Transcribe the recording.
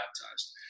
baptized